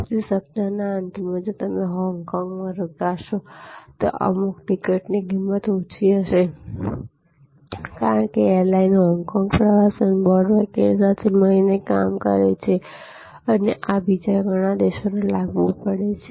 તેથી સપ્તાહના અંતમાં જો તમે હોંગકોંગમાં રોકાશો તો અમુક ટિકિટની કિંમત ઓછી હશે કારણ કે એરલાઈન હોંગકોંગ પ્રવાસન બોર્ડ વગેરે સાથે મળીને કામ કરે છે અને આ બીજા ઘણા દેશોને લાગુ પડે છે